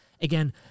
again